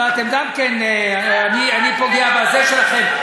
לא הספקנו, לא, אתם גם כן, אני פוגע בזה שלכם?